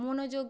মনোযোগ